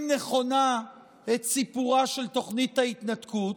נכונה את סיפורה של תוכנית ההתנתקות,